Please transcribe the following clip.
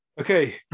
Okay